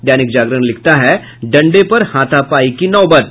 दैनिक जागरण लिखता है डंडे पर हाथापाई की नौबत